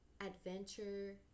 adventure